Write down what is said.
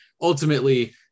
Ultimately